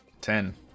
Ten